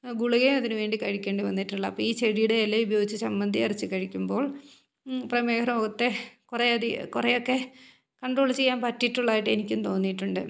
ഗുളികയും അതിനുവേണ്ടി കഴിക്കേണ്ടി വന്നിട്ടില്ല അപ്പോൾ ഈ ചെടിയുടെ ഇല ഉപയോഗിച്ച് ചമ്മന്തി അരച്ചു കഴിക്കുമ്പോൾ പ്രമേഹ രോഗത്തെ കുറേ അധികം കുറേയൊക്കെ കൺട്രോള് ചെയ്യാൻ പറ്റിയിട്ടുള്ളതായിട്ട് എനിക്കും തോന്നിയിട്ടുണ്ട്